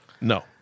No